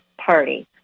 party